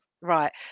Right